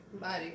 body